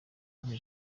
kandi